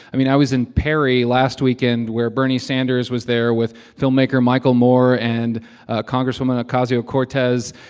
i mean, i was in perry last weekend where bernie sanders was there with filmmaker michael moore and ah congresswoman ocasio-cortez,